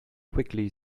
quickly